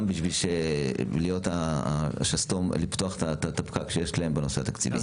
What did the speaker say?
בשביל לפתוח את הפקק שיש להם בנושא התקציבי.